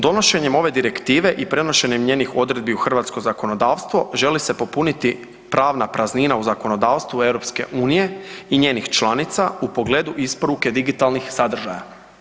Donošenjem ove direktive i prenošenjem njenih odredbi u hrvatsko zakonodavstvo želi se popuniti pravna praznina u zakonodavstvu EU i njenih članica u pogledu isporuke digitalnih sadržaja.